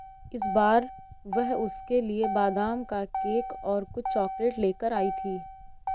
इस बार वह उसके लिए बादाम का केक और कुछ चॉकलेट लेकर आई थी